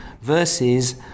versus